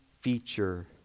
feature